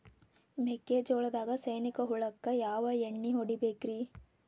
ಮೆಕ್ಕಿಜೋಳದಾಗ ಸೈನಿಕ ಹುಳಕ್ಕ ಯಾವ ಎಣ್ಣಿ ಹೊಡಿಬೇಕ್ರೇ?